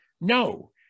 No